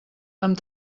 amb